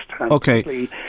okay